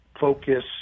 focus